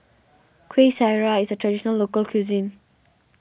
Kuih Syara is a Traditional Local Cuisine